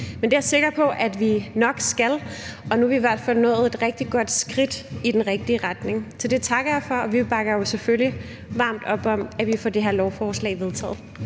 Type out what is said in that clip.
men det er jeg sikker på vi nok skal, og nu har vi i hvert fald taget et rigtig godt skridt i den rigtige retning. Så det takker jeg for, og vi bakker jo selvfølgelig varmt op om, at vi får det her lovforslag vedtaget.